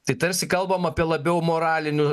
tai tarsi kalbam apie labiau moralinių